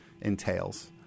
entails